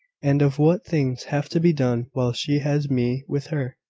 and of what things have to be done while she has me with her.